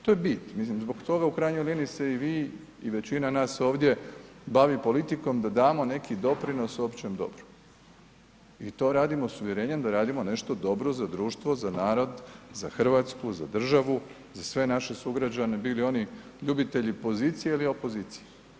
To je bi, mislim zbog toga u krajnjoj liniji se i vi i većina nas ovdje bavi politikom da damo neki doprinos općem dobru i to radimo s uvjerenjem da radimo nešto dobro za društvo, za narod, za Hrvatsku, za državu, za sve naše sugrađane bili oni ljubitelji pozicije ili opozicije.